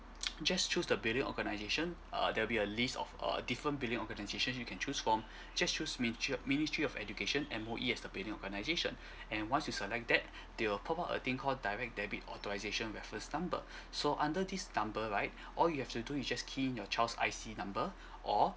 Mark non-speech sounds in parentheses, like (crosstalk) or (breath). (noise) just choose the billing organisation err there'll be a list of err different billing organisation you can choose from (breath) just choose mi~ ministry of education M_O_E as the billing organisation (breath) and once you select that they will pop up a thing call direct debit authorisation reference number (breath) so under this number right all you have to do is just key in your child's I_C number or